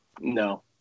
No